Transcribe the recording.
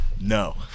No